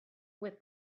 with